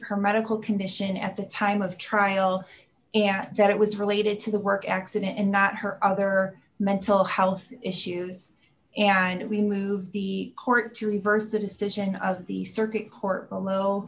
her medical condition at the time of trial and that it was related to the work accident and not her other mental health issues and we moved the court to reverse the decision of the circuit court below